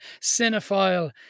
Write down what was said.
cinephile